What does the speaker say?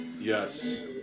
yes